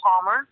Palmer